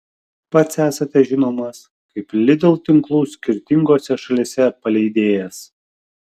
pats esate žinomas kaip lidl tinklų skirtingose šalyse paleidėjas